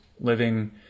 Living